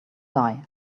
die